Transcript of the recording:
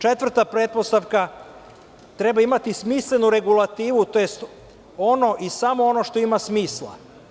Četvrta pretpostavka treba imati smislenu regulativu, tj. ono i samo ono što ima smisla.